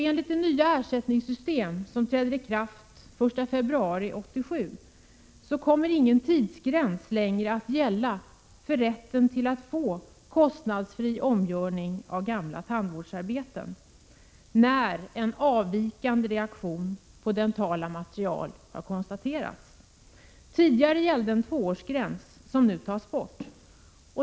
Enligt det nya ersättningssystem som träder i kraft den 1 februari 1987 kommer ingen tidsgräns längre att gälla för rätten att kostnadsfritt få gamla tandvårdsarbeten omgjorda då en avvikande reaktion på dentala material konstaterats. Tidigare gällde en tvåårsgräns, som nu tas bort.